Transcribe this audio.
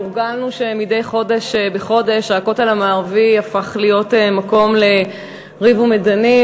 הורגלנו שמדי חודש בחודש הכותל המערבי הפך להיות מקום לריב ומדנים,